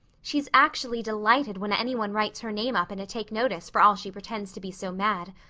she's actually delighted when anyone writes her name up in a take-notice for all she pretends to be so mad.